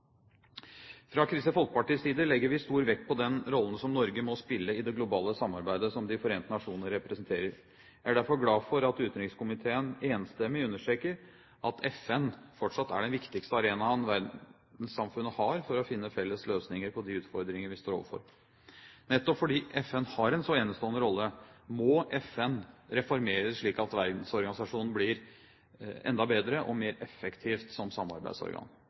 Fra Kristelig Folkepartis side legger vi stor vekt på den rollen som Norge må spille i det globale samarbeidet som De forente nasjoner representerer. Jeg er derfor gald for at utenrikskomiteen enstemmig understreker at FN fortsatt er den viktigste arenaen verdenssamfunnet har for å finne felles løsninger på de utfordringer vi står overfor. Nettopp fordi FN har en så enestående rolle, må FN reformeres, slik at verdensorganisasjonen blir enda bedre og mer effektiv som samarbeidsorgan.